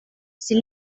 sie